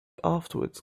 afterwards